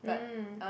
mm